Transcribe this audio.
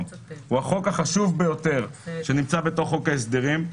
הוא החוק החשוב ביותר שנמצא בחוק ההסדרים.